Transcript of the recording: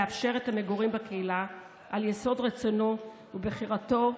לאפשר את המגורים בקהילה על יסוד רצונו ובחירתו,